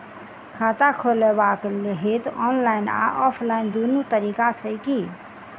खाता खोलेबाक हेतु ऑनलाइन आ ऑफलाइन दुनू तरीका छै की?